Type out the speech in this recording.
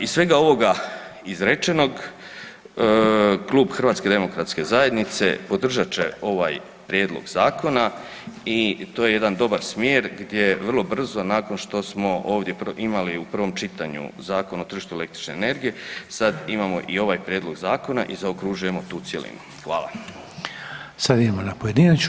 Iz svega ovoga izrečenog, Klub HDZ-a podržat će ovaj Prijedlog zakona i to je jedan dobar smjer gdje vrlo brzo, nakon što smo ovdje imali u prvom čitanju Zakon o tržištu elektronične energije, sad imamo i ovaj prijedlog zakona i zaokružujemo tu cjelinu.